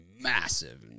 massive